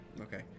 Okay